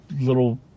little